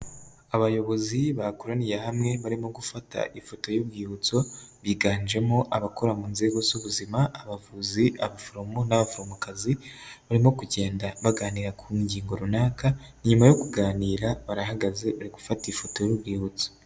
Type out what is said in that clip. Abayobozi bakoraniye hamwe barimo gufata ifoto y'urwibutso biganjemo abakora mu nzego z'ubuzima, abavuzi, abaforomo n'abaforomokazi barimo kugenda baganira ku ngingo runaka, nyuma yo kuganira barahagaze bari gufata ifoto y'urwibutso.